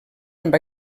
amb